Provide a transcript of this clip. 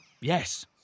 yes